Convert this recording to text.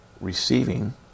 receiving